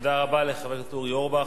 תודה רבה לך, אורי אורבך.